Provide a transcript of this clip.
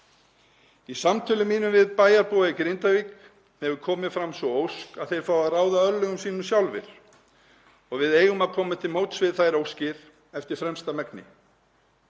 Í samtölum mínum við bæjarbúa í Grindavík hefur komið fram sú ósk að þeir fái að ráða örlögum sínum sjálfir. Við eigum að koma til móts við þær óskir eftir fremsta megni.